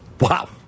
Wow